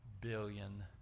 billion